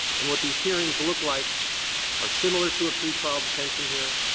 and what these hearings look like are similar to a pretrial detention hearings,